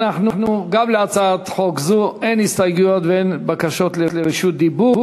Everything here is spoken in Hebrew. גם להצעת חוק זו אין הסתייגויות ואין בקשות לרשות דיבור.